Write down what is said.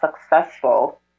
successful